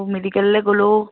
মেডিকেললৈ গ'লেও